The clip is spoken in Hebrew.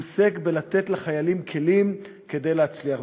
והוא עוסק בלתת לחיילים כלים כדי להצליח.